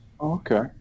Okay